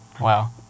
Wow